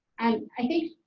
i think,